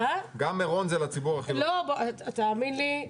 תאמין לי,